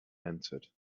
entered